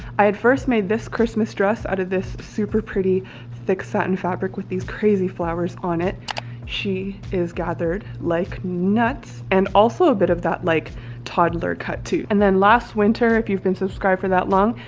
i had first made this christmas dress out of this this super pretty thick satin fabric with these crazy flowers on it she is gathered like nuts and also a bit of that like toddler cut too and then last winter if you've been subscribed for that long,